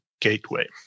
gateway